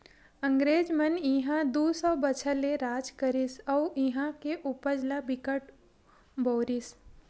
अंगरेज मन इहां दू सौ बछर ले राज करिस अउ इहां के उपज ल बिकट बउरिस